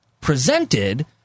presented